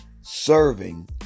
serving